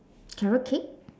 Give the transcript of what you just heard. carrot cake